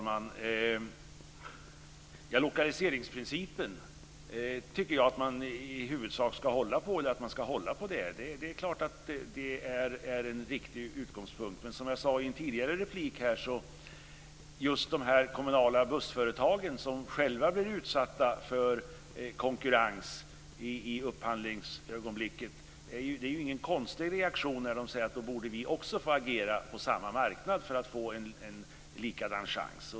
Fru talman! Jag tycker att man i huvudsak ska hålla på lokaliseringsprincipen. Det är en riktig utgångspunkt. Jag sade i en tidigare replik att det inte är konstigt om kommunala bussföretag som själva blir utsatta för konkurrens i upphandlingsögonblicket reagerar med att de också borde få agera på samma marknad för att få samma chans.